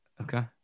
Okay